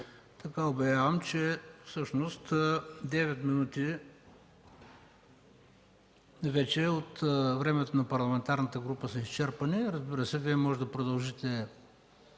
така обявявам, че всъщност девет минути вече от времето на парламентарната група са изчерпани. Разбира се, Вие можете да направите